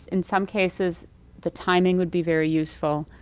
in some cases the timing would be very useful,